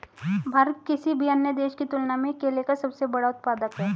भारत किसी भी अन्य देश की तुलना में केले का सबसे बड़ा उत्पादक है